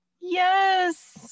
Yes